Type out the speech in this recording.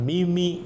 Mimi